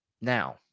Now